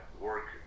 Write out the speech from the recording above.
work